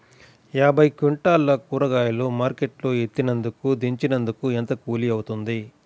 యాభై క్వింటాలు కూరగాయలు మార్కెట్ లో ఎత్తినందుకు, దించినందుకు ఏంత కూలి అవుతుంది?